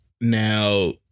now